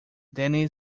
danny